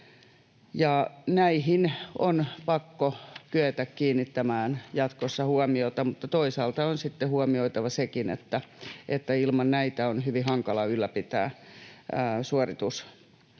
Näihin on pakko kyetä kiinnittämään jatkossa huomiota, mutta toisaalta on sitten huomioitava sekin, että ilman näitä on hyvin hankala ylläpitää suorituskykyjämme.